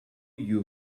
you